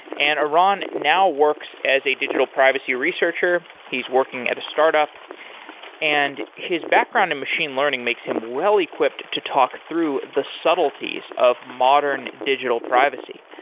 and aran now works as a digital privacy researcher. he's working at a startup and his background in machine learning makes him well-equipped to talk through the subtleties of modern digital privacy.